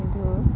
কিন্তু